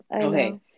Okay